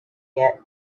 yet